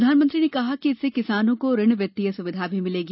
प्रधानमंत्री ने कहा कि इससे किसानों को ऋण वित्तीय सुविधा भी मिलेगी